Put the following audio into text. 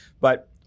but-